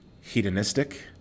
hedonistic